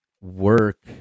work